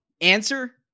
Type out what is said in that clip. answer